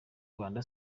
rwanda